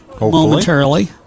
momentarily